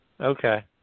Okay